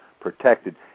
protected